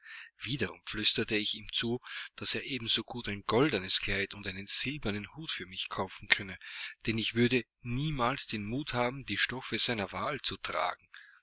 wiederum flüsterte ich ihm zu daß er ebensogut ein goldenes kleid und einen silbernen hut für mich kaufen könne denn ich würde niemals den mut haben die stoffe seiner wahl zu tragen